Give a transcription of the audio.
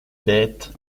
bêtes